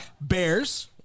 Bears